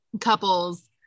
couples